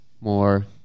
more